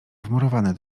wmurowane